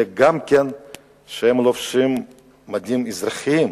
אלא גם כשהם לובשים מדים אזרחיים,